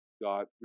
God